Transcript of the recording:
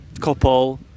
couple